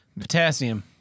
Potassium